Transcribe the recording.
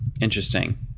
Interesting